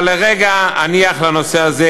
אבל לרגע אניח לנושא הזה.